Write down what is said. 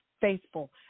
faithful